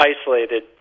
isolated